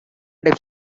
types